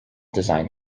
design